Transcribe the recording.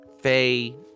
Faye